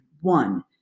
one